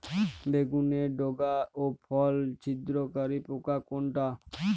বেগুনের ডগা ও ফল ছিদ্রকারী পোকা কোনটা?